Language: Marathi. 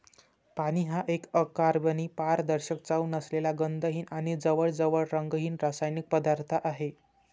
पाणी हा एक अकार्बनी, पारदर्शक, चव नसलेला, गंधहीन आणि जवळजवळ रंगहीन रासायनिक पदार्थ आहे